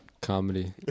Comedy